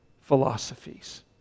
philosophies